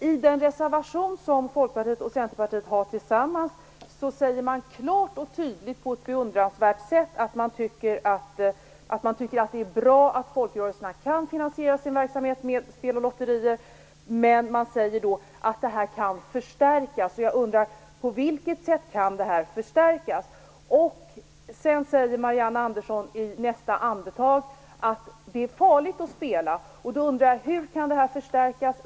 I den reservation som Folkpartiet och Centerpartiet har tillsammans säger man klart och tydligt på ett beundransvärt sätt att man tycker att det är bra att folkrörelserna kan finansiera sin verksamhet med spel och lotterier, men man säger att detta kan förstärkas, och jag undrar då: På vilket sätt kan det här förstärkas? I nästa andetag säger Marianne Andersson att det är farligt att spela. Jag undrar då: Hur kan detta förstärkas?